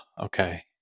Okay